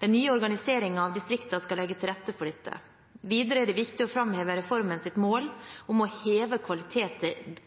Den nye organiseringen av distriktene skal legge til rette for dette. Videre er det viktig å framheve